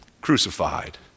crucified